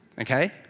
okay